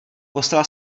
poslal